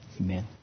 amen